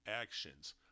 actions